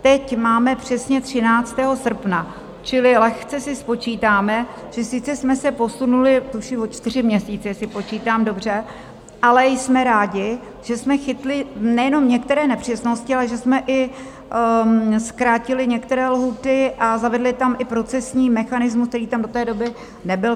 Teď máme přesně 13. srpna , čili lehce si spočítáme, že sice jsme se posunuli o čtyři měsíce, jestli počítám dobře, ale jsme rádi, že jsme chytli nejenom některé nepřesnosti, ale že jsme i zkrátili některé lhůty a zavedli tam i procesní mechanismus, který tam do té doby nebyl.